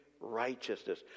righteousness